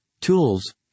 tools